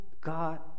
God